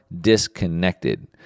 disconnected